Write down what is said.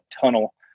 tunnel